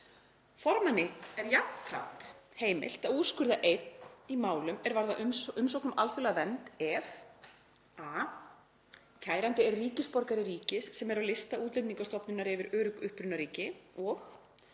Formanni er jafnframt heimilt að úrskurða einn í málum er varða umsókn um alþjóðlega vernd ef: a. kærandi er ríkisborgari ríkis sem er á lista Útlendingastofnunar yfir örugg upprunaríki og b.